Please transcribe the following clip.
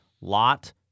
lot